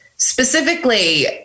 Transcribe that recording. Specifically